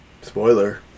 spoiler